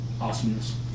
awesomeness